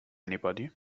anybody